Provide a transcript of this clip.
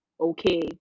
okay